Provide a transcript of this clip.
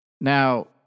Now